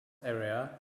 area